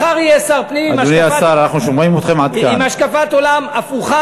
מחר יהיה שר פנים עם השקפת עולם הפוכה,